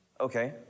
Okay